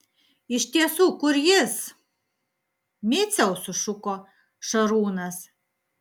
iš tiesų kur jis miciau sušuko šarūnas